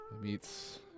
meets